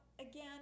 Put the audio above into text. again